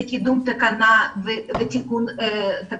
קידום תקנות בחקיקה